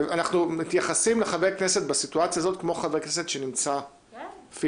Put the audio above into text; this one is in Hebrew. אנחנו מתייחסים לחבר כנסת בסיטואציה הזאת כמו חבר כנסת שנמצא פיזית.